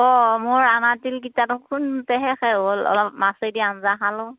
অঁ মোৰ অনা তিলকিটা দেখোন খুন্দোতে শেষেই হ'ল অলপ মাছেদি আঞ্জা খালোঁ